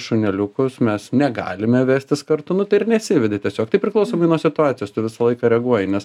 šuneliukus mes negalime vestis kartu nu tai ir nesivedi tiesiog tai priklausomai nuo situacijos tu visą laiką reaguoji nes